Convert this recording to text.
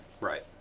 Right